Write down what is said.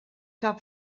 que